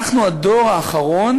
אנחנו הדור האחרון